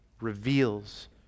reveals